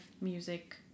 music